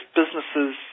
businesses